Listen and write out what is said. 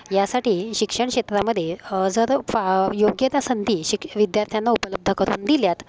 यासाठी शिक्षण क्षेत्रामध्ये जर फा योग्य त्या संधी शिक विद्यार्थ्यांना उपलब्ध करून दिल्यात